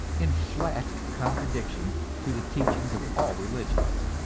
in flat contradiction to the teachings of all religions.